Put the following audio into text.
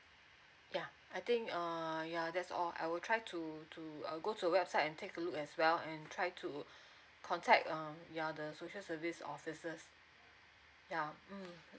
ya I think err ya that's all I will try to to uh go to the website and take a look as well and try to contact um ya the social service officers ya mm